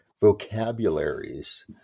vocabularies